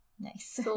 nice